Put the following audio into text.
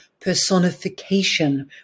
personification